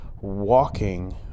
walking